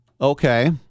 Okay